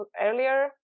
earlier